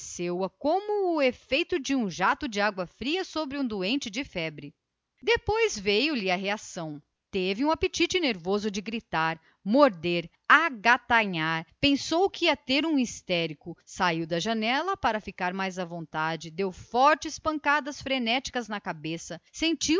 entorpeceu a como o efeito de um jato de água fria sobre um doente de febre depois veio-lhe a reação teve um apetite nervoso de gritar morder agatanhar pensou que ia ter um histérico saiu da janela para ficar à vontade deu fortes pancadas frenéticas na cabeça e sentia